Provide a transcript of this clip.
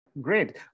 Great